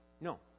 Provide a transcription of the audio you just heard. No